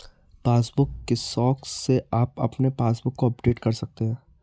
passbook kiosk से आप अपने पासबुक को अपडेट कर सकते हैं